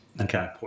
Okay